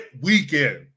weekend